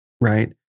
right